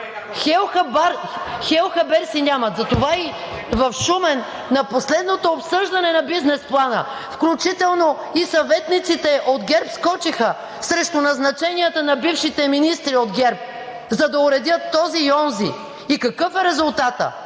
Хал хабер си нямат, затова в Шумен на последното обсъждане на бизнес плана, включително и съветниците от ГЕРБ скочиха срещу назначенията на бившите министри от ГЕРБ, за да уредят този и онзи! Какъв е резултатът?